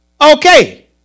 Okay